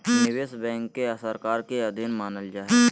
निवेश बैंक के सरकार के अधीन मानल जा हइ